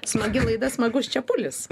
smagi laida smagus čepulis